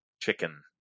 chicken